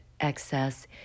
excess